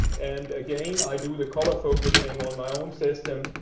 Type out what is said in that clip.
and again, i do the color focusing on my own system,